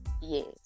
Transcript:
Yes